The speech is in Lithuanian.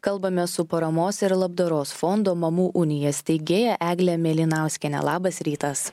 kalbamės su paramos ir labdaros fondo mamų unija steigėja egle mėlynauskiene labas rytas